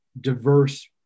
diverse